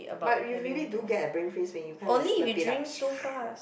but you will really do get a brain freeze when you kinda slurp it up